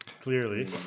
clearly